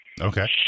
Okay